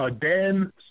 Dan